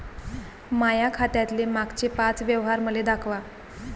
माया खात्यातले मागचे पाच व्यवहार मले दाखवा